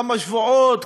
כמה שבועות,